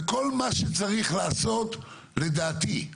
וכל מה שצריך לעשות, לדעתי,